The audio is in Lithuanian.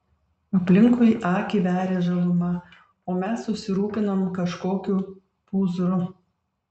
aplinkui akį veria žaluma o mes susirūpinom kažkokiu pūzru